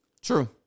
true